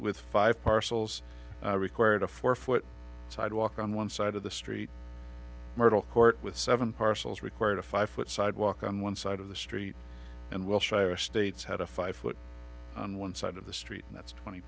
with five parcels required a four foot sidewalk on one side of the street myrtle court with seven parcels required a five foot sidewalk on one side of the street and wilshire states had a five foot on one side of the street and that's twenty